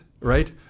right